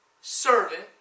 servant